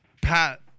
Pat